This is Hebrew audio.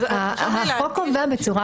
החוק קובע בצורה